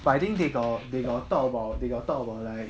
but I think they got they got talk about talk about like